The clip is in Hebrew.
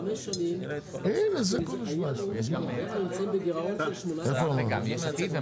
הערוצים הגדולים 12 ו-13 משלמים דמי רישיון בסדר